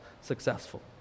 successful